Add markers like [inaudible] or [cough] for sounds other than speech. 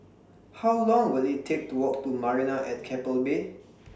How Long Will IT Take to Walk to Marina At Keppel Bay [noise]